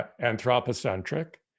anthropocentric